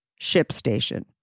ShipStation